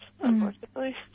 unfortunately